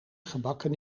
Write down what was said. gebakken